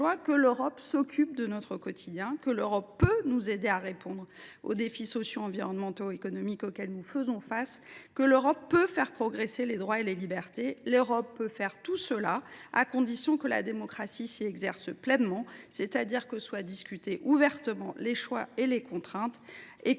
que l’Europe s’occupe de notre quotidien ; que l’Europe peut nous aider à relever les défis sociaux, environnementaux et économiques auxquels nous faisons face ; que l’Europe peut faire progresser les droits et libertés. L’Europe peut faire tout cela, à condition que la démocratie s’exerce pleinement en son sein. Les choix et les contraintes que